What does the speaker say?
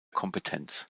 kompetenz